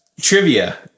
trivia